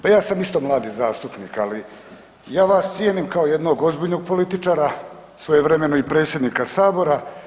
Pa ja sam isto mladi zastupnik, ali ja vas cijenim kao jednog ozbiljnog političara, svojevremeno i predsjednika Sabora.